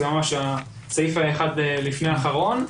זה סעיף אחד לפני אחרון.